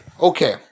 Okay